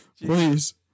Please